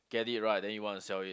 get it right then you want to sell it